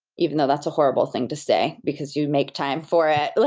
even though that's a horrible thing to say, because you make time for it.